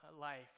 life